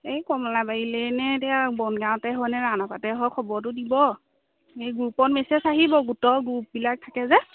এই কমলাবাৰীলেই নে এতিয়া বনগাঁৱতে হ'য় নে ৰাওণাখোৱাতে হ'য় খবৰটো দিব এই গ্ৰুপত মেছেজ আহিব গোটৰ গ্ৰুপবিলাক থাকে যে